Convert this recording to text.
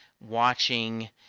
watching